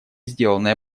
сделанное